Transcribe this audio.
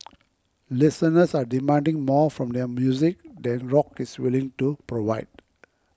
listeners are demanding more from their music than rock is willing to provide